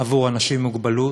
לאנשים עם מוגבלות,